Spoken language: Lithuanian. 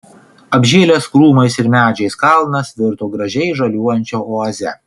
apžėlęs krūmais ir medžiais kalnas virto gražiai žaliuojančia oaze